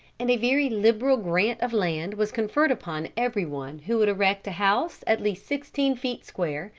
and a very liberal grant of land was conferred upon every one who would erect a house at least sixteen feet square,